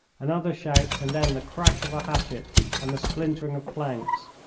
another shout and then the crash of a hatchet and the splintering of planks.